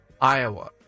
Iowa